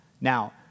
Now